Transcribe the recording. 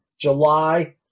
July